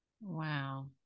Wow